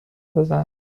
بزن